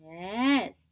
yes